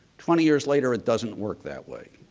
twenty years later it doesn't work that way.